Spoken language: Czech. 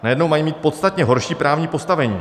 Najednou mají mít podstatně horší právní postavení.